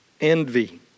envy